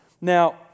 Now